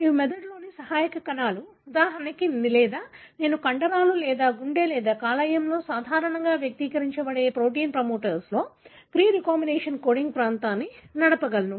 ఇవి మెదడులోని సహాయక కణాలు ఉదాహరణకు లేదా నేను కండరాలు లేదా గుండె లేదా కాలేయంలో సాధారణంగా వ్యక్తీకరించబడే ప్రోటీన్ ప్రమోటర్తో క్రీ రీకోంబినేస్ కోడింగ్ ప్రాంతాన్ని నడపగలను